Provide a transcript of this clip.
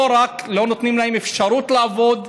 לא נותנים להם אפשרות לעבוד,